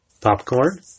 Popcorn